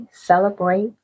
celebrate